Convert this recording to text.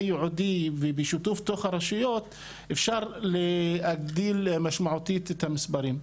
ייעודי ובשיתוף בתוך הרשויות אפשר להגדיל משמעותית את המספרים.